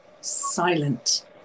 silent